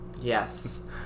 yes